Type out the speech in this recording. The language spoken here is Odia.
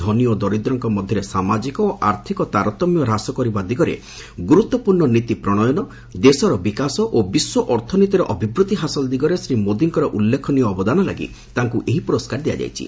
ଧନୀ ଓ ଦରିଦ୍ରଙ୍କ ମଧ୍ୟରେ ସାମାଜିକ ଓ ଆର୍ଥିକ ତାରତମ୍ୟକୁ ହ୍ରାସ କରିବା ଦିଗରେ ଗୁରୁତ୍ୱପୂର୍ଣ୍ଣ ନୀତି ପ୍ରଶୟନ ଦେଶର ବିକାଶ ଓ ବିଶ୍ୱ ଅର୍ଥନୀତିର ଅଭିବୃଦ୍ଧି ହାସଲ ଦିଗରେ ଶ୍ରୀ ମୋଦିଙ୍କର ଉଲ୍ଲେଖନୀୟ ଅବଦାନ ଲାଗି ତାଙ୍କୁ ଏହି ପୁରସ୍କାର ଦିଆଯାଇଛି